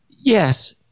Yes